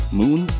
moon